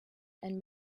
and